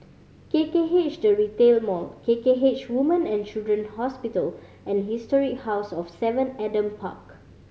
K K H The Retail Mall K K H Women and Children Hospital and History House of Seven Adam Park